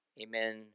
amen